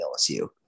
LSU